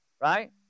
right